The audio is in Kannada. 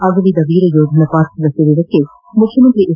ಅಗಲಿದ ವೀರ ಯೋಧನ ಪಾರ್ಥಿವ ಶರೀರಕ್ಕೆ ಮುಖ್ಯಮಂತ್ರಿ ಎಚ್